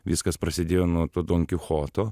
viskas prasidėjo nuo to donkichoto